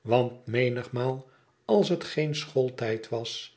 want menigmaal als het geen schooltijd was